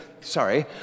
sorry